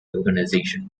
organization